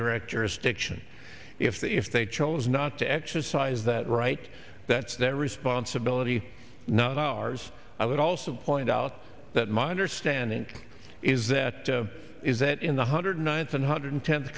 directors stiction if they if they chose not to exercise that right that's their responsibility not ours i would also point out that my understanding is that to is that in the hundred ninth one hundred tenth